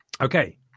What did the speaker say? Okay